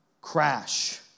crash